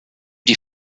die